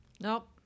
Nope